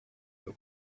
they